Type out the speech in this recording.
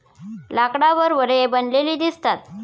लाकडावर वलये बनलेली दिसतात